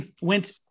went